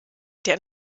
der